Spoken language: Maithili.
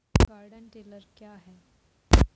गार्डन टिलर क्या हैं?